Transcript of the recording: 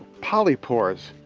polypores,